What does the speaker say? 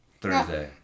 Thursday